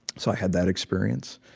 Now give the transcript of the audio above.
so i had that experience.